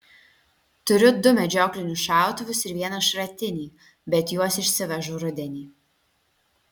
turiu du medžioklinius šautuvus ir vieną šratinį bet juos išsivežu rudenį